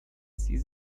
sie